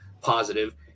positive